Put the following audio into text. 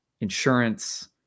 insurance